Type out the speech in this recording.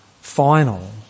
final